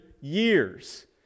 years